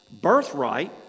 birthright